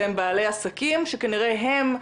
שהם בעלי עסקים שכנראה הם,